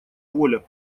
воля